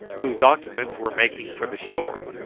whose occupants were making for the shore.